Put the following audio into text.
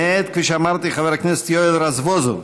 מאת חבר הכנסת יואל רזבוזוב,